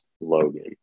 Logan